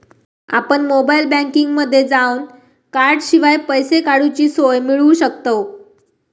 आपण मोबाईल बँकिंगमध्ये जावन कॉर्डशिवाय पैसे काडूची सोय मिळवू शकतव